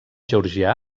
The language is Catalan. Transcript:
georgià